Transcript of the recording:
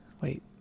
wait